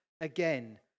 again